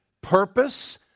purpose